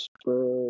spread